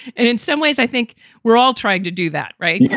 and in some ways i think we're all trying to do that right. yeah